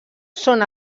són